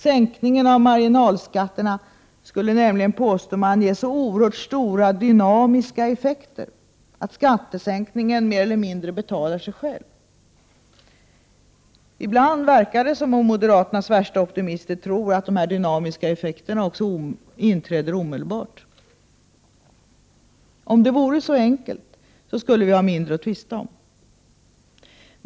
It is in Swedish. Sänkningen av marginalskatterna skulle nämligen, påstår man, ge så oerhört stora ”dynamiska effekter” att skattesänkningen mer eller mindre betalar sig själv. Ibland verkar det som om moderaternas värsta optimister tror att dessa dynamiska effekter också inträder omedelbart. Om det vore så enkelt, skulle vi ha mindre att tvista om.